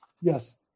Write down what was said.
Yes